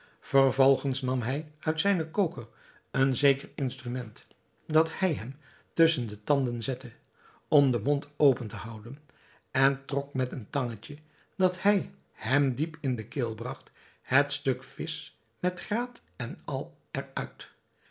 vervolgens nam hij uit zijnen koker een zeker instrument dat hij hem tusschen de tanden zette om den mond open te houden en trok met een tangetje dat hij hem diep in de keel bragt het stuk visch met graat en al